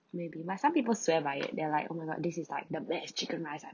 maybe but some people swear by it they're like oh my god this is like the best chicken rice I